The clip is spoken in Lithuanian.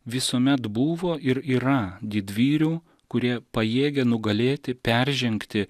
visuomet buvo ir yra didvyrių kurie pajėgia nugalėti peržengti